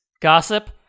Gossip